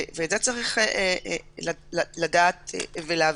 את זה צריך לדעת ולהבין.